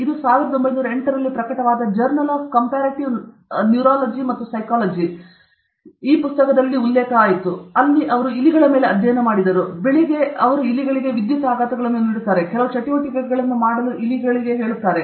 ಇದು 1908 ರಲ್ಲಿ ಪ್ರಕಟವಾದ ಜರ್ನಲ್ ಆಫ್ ಕಂಪ್ಯಾರಿಟಿವ್ ನರವಿಜ್ಞಾನ ಮತ್ತು ಸೈಕಾಲಜಿ ಅಲ್ಲಿ ಅವರು ಇಲಿಗಳ ಮೇಲೆ ಅಧ್ಯಯನ ಮಾಡಿದರು ಮತ್ತು ನಂತರ ಅವರು ಇಲಿಗಳಿಗೆ ವಿದ್ಯುತ್ ಆಘಾತಗಳನ್ನು ನೀಡುತ್ತಾರೆ ಮತ್ತು ಕೆಲವು ಚಟುವಟಿಕೆಗಳನ್ನು ಮಾಡಲು ಇಲಿಗಳನ್ನು ಕೇಳುತ್ತಾರೆ